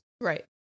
Right